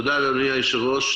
אדוני היושב-ראש,